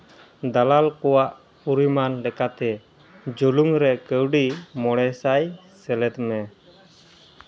ᱫᱟᱞᱟᱞ ᱠᱚᱣᱟᱜ ᱯᱚᱨᱤᱢᱟᱱ ᱞᱮᱠᱟᱛᱮ ᱡᱩᱞᱩᱢ ᱨᱮ ᱠᱟᱹᱣᱰᱤ ᱢᱚᱬᱮ ᱥᱟᱭ ᱥᱮᱞᱮᱫ ᱢᱮ